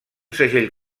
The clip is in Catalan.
segell